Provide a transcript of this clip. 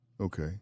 Okay